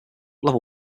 level